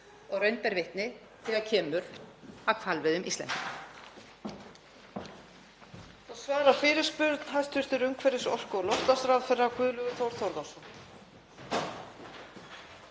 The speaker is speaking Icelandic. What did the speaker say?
og raun ber vitni þegar kemur að hvalveiðum Íslendinga?